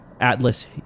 atlas